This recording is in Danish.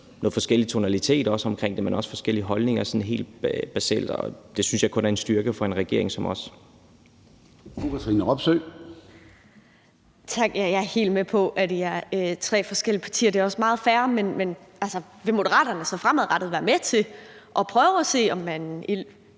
nogle forskellige tonaliteter omkring det her, men også forskellige holdninger sådan helt basalt. Det synes jeg kun er en styrke for en regering som vores.